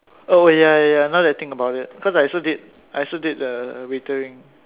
oh wait ya ya ya now that I think about it cause I also did I also did the waitering